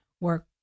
work